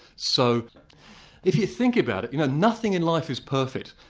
so if you think about it, you know nothing in life is perfect.